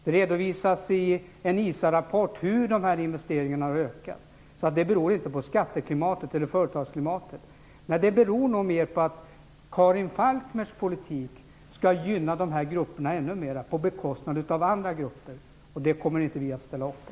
Det redovisas i en ISA-rapport hur dessa investeringar har ökat. Det beror inte på skatteklimatet eller företagsklimatet. Det beror nog mer på att Karin Falkmers politik skall gynna dessa grupper ännu mera på bekostnad av andra grupper. Det kommer vi inte att ställa upp på.